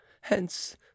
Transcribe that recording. hence